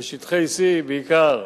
בשטחי C בעיקר,